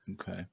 Okay